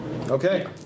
Okay